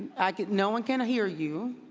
no one can hear you.